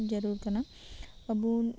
ᱡᱟᱹᱲᱩᱨ ᱠᱟᱱᱟ ᱟᱹᱵᱩᱱ